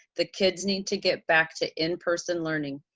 the kids need to get back to in person learning.